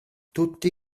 tutti